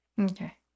Okay